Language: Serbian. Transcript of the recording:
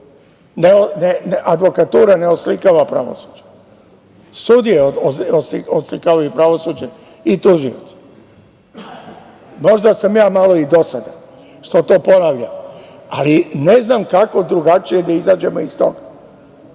advokatura ne oslikava pravosuđe. Sudije oslikavaju pravosuđe i tužioci. Možda sam ja malo i dosadan što to ponavljam, ali ne znam kako drugačije da izađemo iz toga,